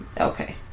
Okay